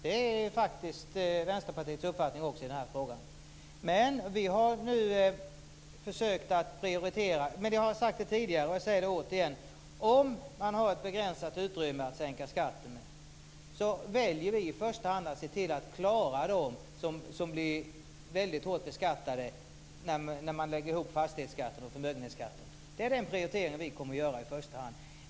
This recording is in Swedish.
Det är faktiskt också Vänsterpartiets uppfattning i den frågan. Men vi har försökt prioritera. Vi har sagt det tidigare, och jag säger det återigen: Om utrymmet att sänka skatten är begränsat väljer vi i första hand att se till att klara dem som blir väldigt hårt beskattade när man lägger ihop fastighetsskatten och förmögenhetsskatten. Det är den prioritering vi kommer att göra i första hand.